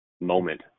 moment